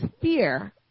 Fear